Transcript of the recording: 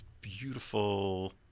beautiful